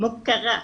'מוקרה',